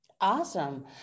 Awesome